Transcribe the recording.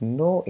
no